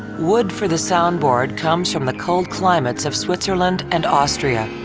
wood for the soundboard comes from the cold climates of switzerland and austria.